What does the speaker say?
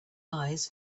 eyes